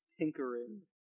tinkering